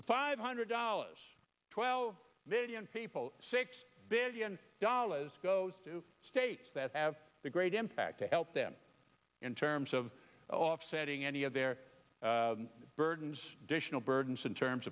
the five hundred dollars twelve million people six billion dollars goes to states that have the great impact to help them in terms of offsetting any of their burdens dish no burdens in terms